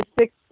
six